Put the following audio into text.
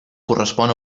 correspon